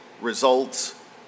results